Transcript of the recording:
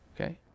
okay